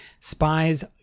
Spies